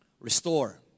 restore